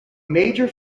major